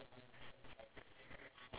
but next time